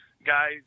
guys